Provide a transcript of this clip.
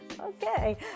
Okay